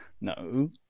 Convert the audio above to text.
No